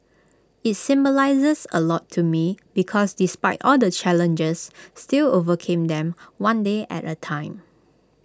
IT symbolises A lot to me because despite all the challenges still overcame them one day at A time